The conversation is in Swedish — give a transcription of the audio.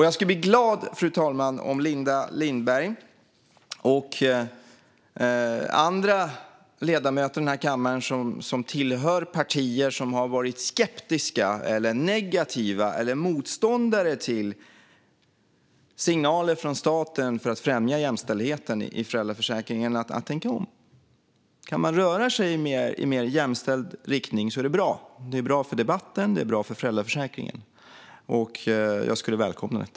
Jag skulle bli glad, fru talman, om Linda Lindberg och andra ledamöter i denna kammare som tillhör partier som varit skeptiska eller negativa eller motståndare till signaler från staten om att främja jämställdheten i föräldraförsäkringen var beredda att tänka om. Kan man röra sig i mer jämställd riktning är det bra. Det är bra för debatten och bra för föräldraförsäkringen. Jag skulle välkomna det.